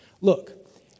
Look